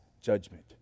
judgment